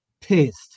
pissed